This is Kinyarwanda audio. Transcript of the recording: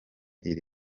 iri